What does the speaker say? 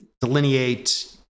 delineate